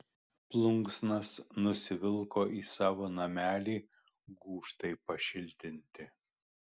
plunksnas nusivilko į savo namelį gūžtai pašiltinti